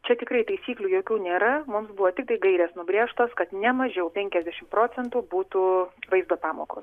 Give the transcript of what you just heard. čia tikrai taisyklių jokių nėra mum sbuvo tiktai gairės nubrėžtos kad ne mažiau penkiasdešimt procentų būtų vaizdo pamokos